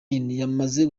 yamaze